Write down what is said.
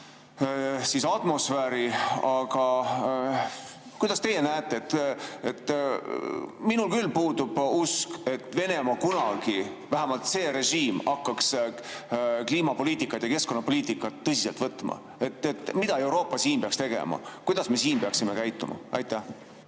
atmosfääri. Aga kuidas teie seda näete? Minul küll puudub usk, et Venemaa kunagi, vähemalt see režiim, hakkaks kliimapoliitikat ja keskkonnapoliitikat tõsiselt võtma. Mida Euroopa siin peaks tegema? Kuidas me siin peaksime käituma? Suur